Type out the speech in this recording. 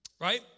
right